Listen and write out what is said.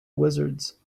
wizards